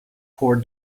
poor